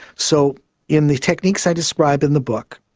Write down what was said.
so in the techniques i describe in the book,